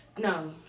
No